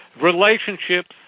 Relationships